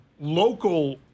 local